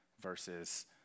versus